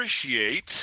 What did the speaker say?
appreciate